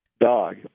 dog